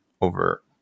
over